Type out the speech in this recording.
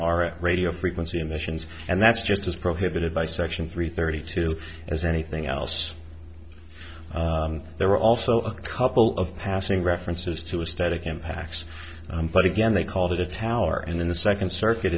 our radio frequency emissions and that's just as prohibited by section three thirty two as anything else there were also a couple of passing references to a static impacts but again they called it a tower and then the second circuit